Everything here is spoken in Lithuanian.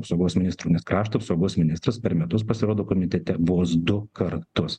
apsaugos ministru nes krašto apsaugos ministras per metus pasirodo komitete vos du kartus